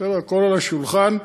על השולחן.